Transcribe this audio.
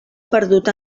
perdut